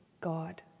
God